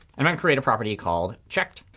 um um create a property called checked.